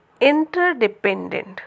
interdependent